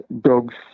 dogs